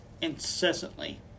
incessantly